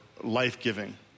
life-giving